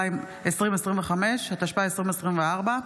התשפ"ה 2024,